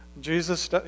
Jesus